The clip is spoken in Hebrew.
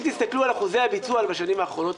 אם תסתכלו על אחוזי הביצוע בשנים האחרונות,